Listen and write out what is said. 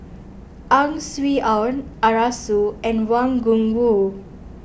Ang Swee Aun Arasu and Wang Gungwu